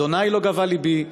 'ה' לא גבה לבי,